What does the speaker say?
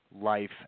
life